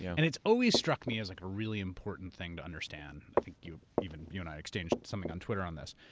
yeah and it's always struck me as like a really important thing to understand. i think even you and i exchanged something on twitter on this.